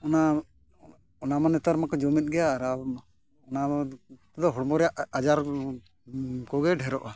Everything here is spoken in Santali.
ᱚᱱᱟ ᱚᱱᱟᱢᱟ ᱱᱮᱛᱟᱨ ᱢᱟᱠᱚ ᱡᱚᱢᱮᱫ ᱜᱮᱭᱟ ᱚᱱᱟ ᱛᱮᱫᱚ ᱦᱚᱲᱢᱚ ᱨᱮᱭᱟᱜ ᱟᱡᱟᱨ ᱠᱚᱜᱮ ᱰᱷᱮᱨᱚᱜᱼᱟ